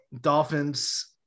Dolphins